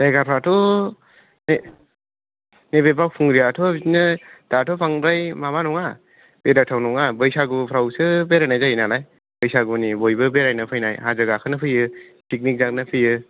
जायगाफ्राथ' बे नैबे बाउखुंग्रिआथ' बिदिनो दाथ' बांद्राय माबा नङा बेरायथाव नङा बैसागु फ्रावसो बेरायनाय जायो नालाय बैसागुनि बयबो बेरायनो फैनाय हाजो गाखोनो फैयो पिगनिक जानो फैयो